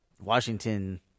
Washington